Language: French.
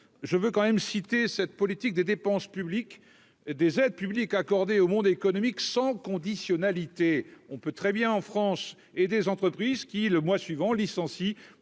je veux quand même citer cette politique des dépenses publiques, des aides publiques accordées au monde économique sans conditionnalité, on peut très bien en France et des entreprises qui, le mois suivant, licencie